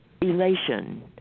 elation